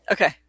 Okay